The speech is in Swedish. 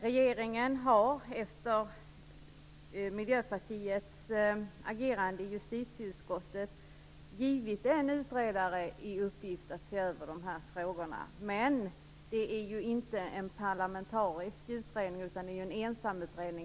Regeringen har efter Miljöpartiets agerande i justitieutskottet givit en utredare i uppgift att se över de här frågorna, men det är inte en parlamentarisk utredning utan en ensamutredning.